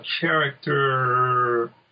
character